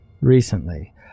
Recently